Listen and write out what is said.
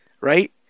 Right